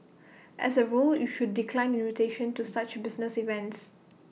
as A rule you should decline invitations to such business events